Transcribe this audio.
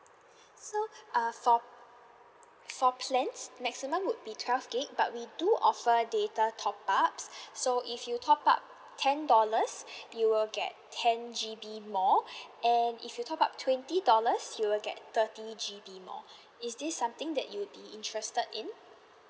so uh for for plans maximum would be twelve gig but we do offer data top up so if you top up ten dollars you will get ten G_B more and if you top up twenty dollars you will get thirty G_B more is this something that you'll be interested in